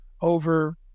over